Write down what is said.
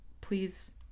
please